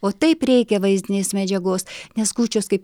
o taip reikia vaizdinės medžiagos nes kūčios kaip